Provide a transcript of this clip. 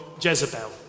Jezebel